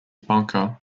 bunker